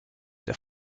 der